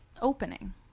Opening